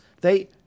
They—